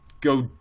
go